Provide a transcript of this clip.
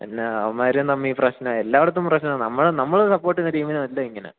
പിന്നെ അവന്മാര് തമ്മില് പ്രശ്നമാണ് എല്ലായിടത്തും പ്രശ്നം നമ്മൾ നമ്മള് സപ്പോട്ടെയ്യുന്ന ടീമിന് എല്ലാം ഇങ്ങനെയാണ്